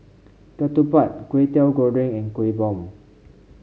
ketupat Kway Teow Goreng and Kueh Bom